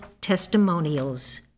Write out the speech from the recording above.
Testimonials